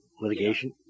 Litigation